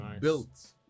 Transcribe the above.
built